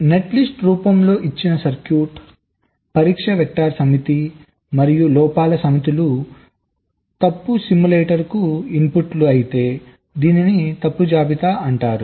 netlist రూపంలో ఇచ్చిన circuit పరీక్ష వెక్టర్స్ సమితి మరియు లోపాల సమితి లు తప్పు సిమ్యులేటర్కు ఇన్పుట్లు అయితే దీనిని తప్పు జాబితా అంటారు